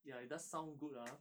ya it does sound good ah